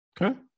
Okay